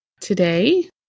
today